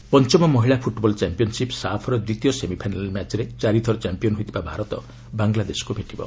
ସାଫ୍ ପଞ୍ଚମ ମହିଳା football championship ସାଫ୍ର ଦ୍ୱିତୀୟ ସେମିଫାଇନାଲ୍ ମ୍ୟାଚ୍ରେ ଚାରିଥର ଚାମ୍ପିୟନ୍ ହୋଇଥିବା ଭାରତ ବାଙ୍ଗଲାଦେଶକୁ ଭେଟିବ